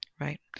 Right